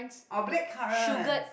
oh blackcurrent